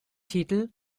titel